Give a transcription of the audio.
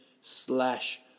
slash